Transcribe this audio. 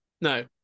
No